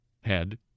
head